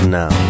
now